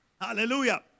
Hallelujah